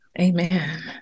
Amen